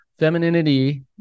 Femininity